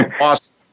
awesome